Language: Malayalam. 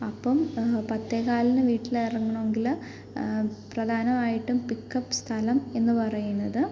അപ്പം പത്തേ കാലിന് വീട്ടിൽ ഇറങ്ങണമെങ്കിൽ പ്രധാനവായിട്ടും പിക്കപ്പ് സ്ഥലം എന്ന് പറയുന്നത്